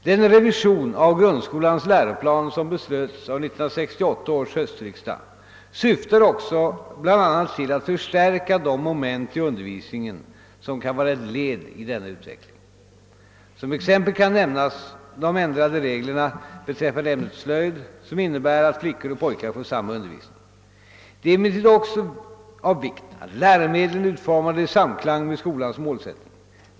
Den revision av grundskolans läroplan som beslöts av 1968 års höstriksdag syftade också bl.a. till att förstärka de moment i undervisningen som kan vara ett led i denna utveckling. Som exempel kan nämnas de ändrade reglerna beträffande ämnet slöjd som innebär att flickor och pojkar får samma undervisning. Det är emellertid också av vikt att läromedlen är utformade i samklang med skolans målsättning.